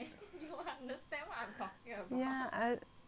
ya I am not funny